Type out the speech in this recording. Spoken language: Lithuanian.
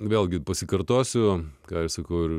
vėlgi pasikartosiu ką sukūrė